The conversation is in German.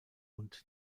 und